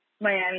Miami